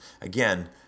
Again